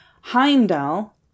Heimdall